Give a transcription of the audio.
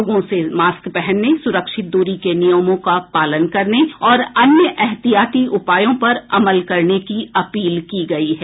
लोगों से मास्क पहनने सुरक्षित दूरी के नियमों का पालन करने और अन्य एहतियाती उपायों पर अमल करने की अपील की गयी है